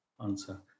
answer